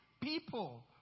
people